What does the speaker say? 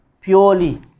purely